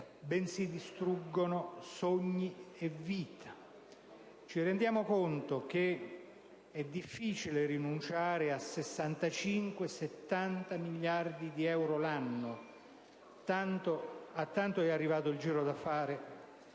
bensì distruggono sogni e vite. Ci rendiamo conto che è difficile rinunciare a 65-70 miliardi di euro l'anno (a tanto è arrivato il giro di affari